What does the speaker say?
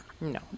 no